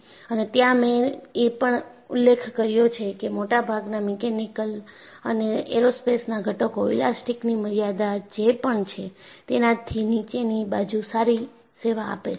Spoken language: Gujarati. અને ત્યાં મેં એ પણ ઉલ્લેખ કર્યો છે કે મોટાભાગના મિકેનિકલ અને એરોસ્પેસના ઘટકો ઈલાસ્ટીકની મર્યાદા જે પણ છે તેનાથી નીચેની બાજુ સારી સેવા આપે છે